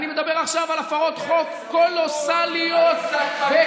אני מדבר עכשיו על הפרות חוק קולוסליות בהיקפים